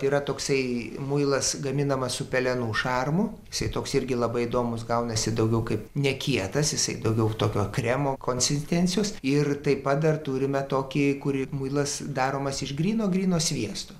yra toksai muilas gaminamas su pelenų šarmu jisai toks irgi labai įdomus gaunasi daugiau kaip nekietas jisai daugiau tokio kremo konsistencijos ir taip pat dar turime tokį kurį muilas daromas iš gryno gryno sviesto